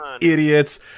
idiots